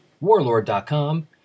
Warlord.com